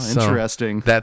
Interesting